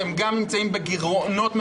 שנמצאים בגירעונות.